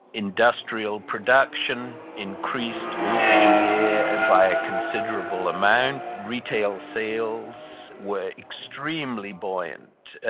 industrial production increased over the year ah by a considerable amount. retail sales were extremely buoyant,